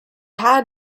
had